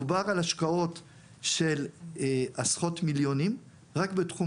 מדובר על השקעות של עשרות מיליונים רק בתחום